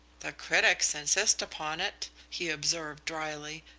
the critics insist upon it, he observed drily.